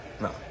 No